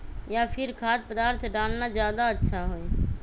या फिर खाद्य पदार्थ डालना ज्यादा अच्छा होई?